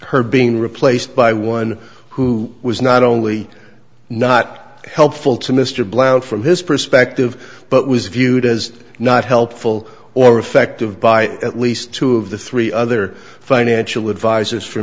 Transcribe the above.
her being replaced by one who was not only not helpful to mister blount from his perspective but was viewed as not helpful or effective by at least two of the three other financial advisors for